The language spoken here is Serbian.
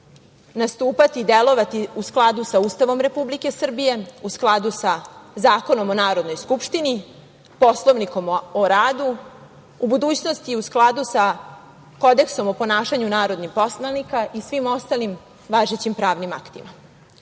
nastupati i delovati u skladu sa Ustavom Republike Srbije, u skladu sa Zakonom o Narodnoj skupštini, Poslovnikom o radu, u budućnosti u skladu sa kodeksom o ponašanju narodnih poslanika i svim ostalim važećim pravnim aktima.U